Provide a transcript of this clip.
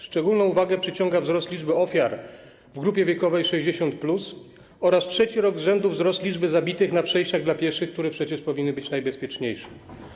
Szczególną uwagę przyciąga wzrost liczby ofiar w grupie wiekowej 60+ oraz trzeci rok z rzędu wzrost liczby zabitych na przejściach dla pieszych, które przecież powinny być najbezpieczniejsze.